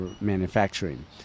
manufacturing